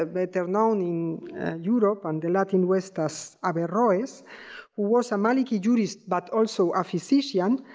ah better known in europe and the latin west as averroes, who was a maliki jurist but also a physician,